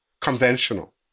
conventional